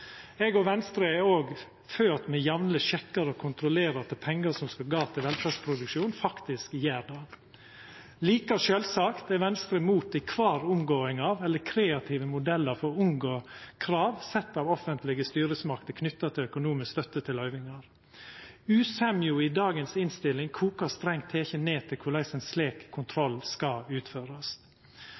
Eg og Venstre er òg for at me jamleg sjekkar og kontrollerer at pengar som skal gå til velferdsproduksjon, faktisk gjer det. Like sjølvsagt er Venstre imot kvar ei omgåing av – eller kreative modellar for å omgå – krav sette av offentlege styresmakter knytte til økonomisk støtte og løyvingar. Usemja i dagens innstilling kokar strengt teke ned til korleis ein slik kontroll skal utførast.